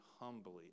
humbly